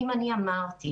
מה אני אעשה?